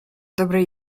dobrej